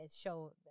show